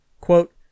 Quote